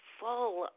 full